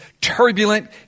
turbulent